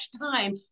time